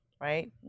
right